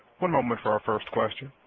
one moment for our first question,